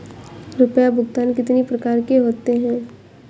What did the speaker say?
रुपया भुगतान कितनी प्रकार के होते हैं?